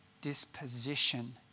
disposition